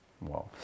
Wow